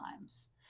times